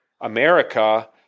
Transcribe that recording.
america